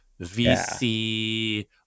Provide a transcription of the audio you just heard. VC